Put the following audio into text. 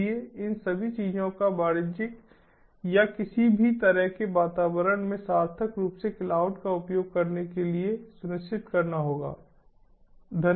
इसलिए इन सभी चीजों को वाणिज्यिक या किसी भी तरह के वातावरण में सार्थक रूप से क्लाउड का उपयोग करने के लिए सुनिश्चित करना होगा